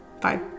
Bye